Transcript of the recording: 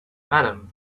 madam